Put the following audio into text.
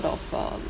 of um